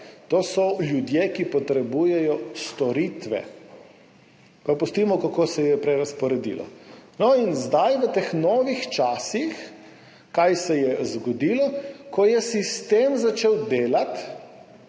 To so ljudje, ki potrebujejo storitve. Pa pustimo, kako se je prerazporedilo. No in zdaj, v teh novih časih – kaj se je zgodilo? Ko je sistem začel delati